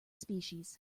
species